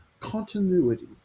continuity